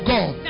God